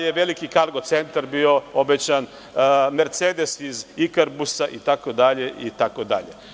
Takođe, veliki kargo centar je bio obećan, „Mercedes“ iz „Ikarbusa“ itd, itd.